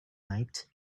night